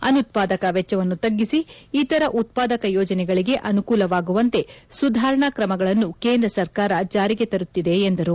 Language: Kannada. ಅನುತ್ವಾದಕ ವೆಚ್ಚವನ್ನು ತಗ್ಗಿಸಿ ಇತರ ಉತ್ಪಾದಕ ಯೋಜನೆಗಳಿಗೆ ಅನುಕೂಲವಾಗುವಂತೆ ಸುಧಾರಣಾ ಕ್ರಮಗಳನ್ನು ಕೇಂದ್ರ ಸರ್ಕಾರ ಜಾರಿಗೆ ತರುತ್ತಿದೆ ಎಂದರು